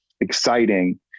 exciting